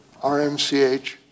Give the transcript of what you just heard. RMCH